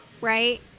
right